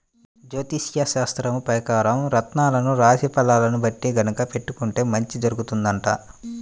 జ్యోతిష్యశాస్త్రం పెకారం రత్నాలను రాశి ఫలాల్ని బట్టి గనక పెట్టుకుంటే మంచి జరుగుతుందంట